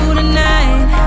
tonight